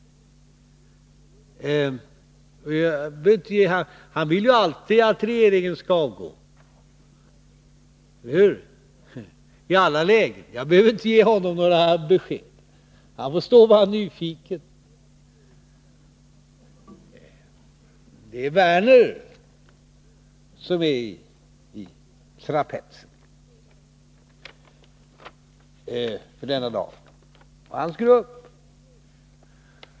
Han vill ju alltid, i alla lägen, att regeringen skall avgå, eller hur? Jag behöver inte ge honom några besked. Han får stå och vara nyfiken. Det är Lars Werner som är i trapetsen denna dag.